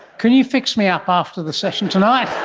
can you fix me up after the session tonight?